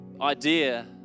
Idea